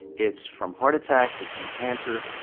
it's from heart attacks. it's from cancer.